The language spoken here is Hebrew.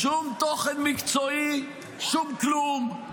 שום תוכן מקצועי, שום כלום.